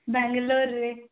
ବାଙ୍ଗାଲୋର୍ରେ